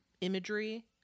imagery